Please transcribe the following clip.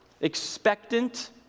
expectant